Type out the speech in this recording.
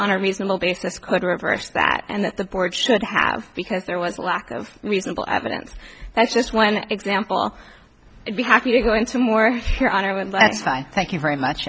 on a reasonable basis could reverse that and that the board should have because there was a lack of reasonable evidence that's just one example i'd be happy to go into more here on and let's i thank you very much